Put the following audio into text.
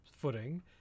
footing